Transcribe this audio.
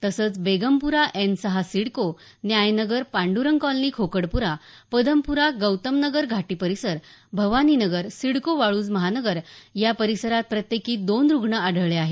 तसंच बेगमप्रा एन सहा सिडको न्यायनगर पांडरंग कॉलनी खोकडप्रा पदमप्रा गौतम नगर घाटी परिसर भवानी नगर सिडको वाळ्ज महानगर एक या परिसरात प्रत्येकी दोन रुग्ण आढळले आहेत